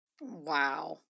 Wow